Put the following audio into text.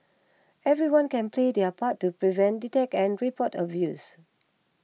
everyone can play their part to prevent detect and report abuse